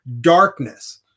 darkness